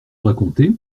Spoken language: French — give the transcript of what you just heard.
racontez